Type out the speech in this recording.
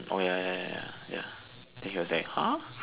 orh ya ya ya ya then he was like !huh!